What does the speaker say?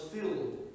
filled